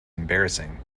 embarrassing